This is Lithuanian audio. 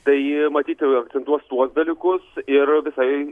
tai matyt akcentuos tuos dalykus ir visai